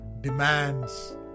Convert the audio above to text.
demands